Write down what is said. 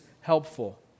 helpful